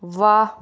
वाह